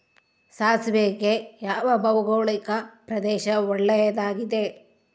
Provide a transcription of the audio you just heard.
ಸಾಸಿವೆಗೆ ಯಾವ ಭೌಗೋಳಿಕ ಪ್ರದೇಶ ಒಳ್ಳೆಯದಾಗಿದೆ?